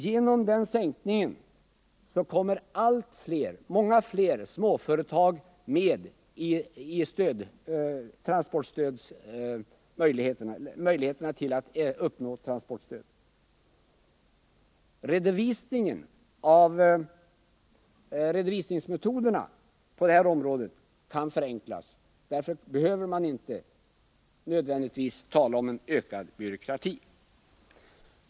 Genom den sänkningen kommer många fler småföretag att ha möjligheter att erhålla transportstöd. Redovisningsmetoderna på detta område kan förenklas, och därför behöver man inte nödvändigtvis tala om ökad byråkrati.